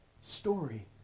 story